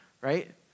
right